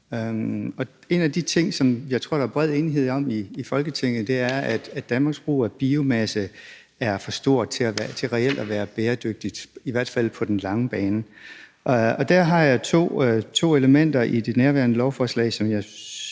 En af de ting, jeg tror der er bred enighed om i Folketinget, er, at Danmarks brug af biomasse er for stort til reelt at være bæredygtigt, i hvert fald på den lange bane. Og der er to elementer i det nærværende lovforslag, som jeg